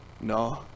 No